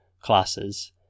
classes